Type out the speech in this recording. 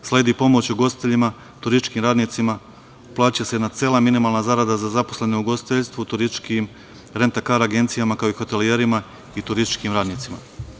Sledi pomoć ugostiteljima, turističkim radnicima, plaća se jedna cela minimalna zarada za zaposlene u ugostiteljstvu, turističkim, rentakar agencijama, kao i hotelijerima i turističkim radnicima.